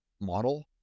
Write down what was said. model